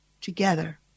together